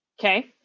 Okay